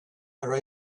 are